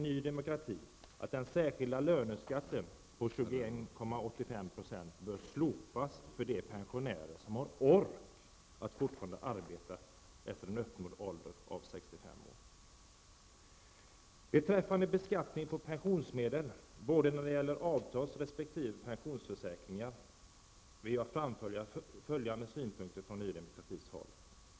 Med hänsyn till dessa fakta, fru talman, menar vi i Beträffande beskattningen av pensionsmedel både när det gäller avtals och när det gäller privata pensionsförsäkringar vill jag framföra följande synpunkter från Ny Demokrati.